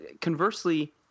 conversely